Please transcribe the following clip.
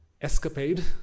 escapade